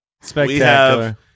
Spectacular